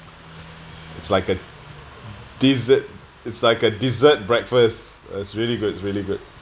it's like uh desert it's like a dessert breakfast that's really good really good